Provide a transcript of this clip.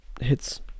hits